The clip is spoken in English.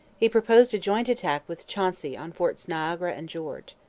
he proposed a joint attack with chauncey on forts niagara and george.